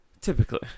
Typically